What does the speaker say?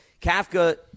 Kafka